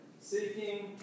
seeking